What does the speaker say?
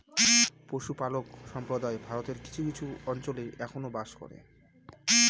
পশুপালক সম্প্রদায় ভারতের কিছু কিছু অঞ্চলে এখনো বাস করে